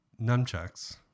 nunchucks